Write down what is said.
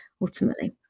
Ultimately